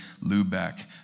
Lubeck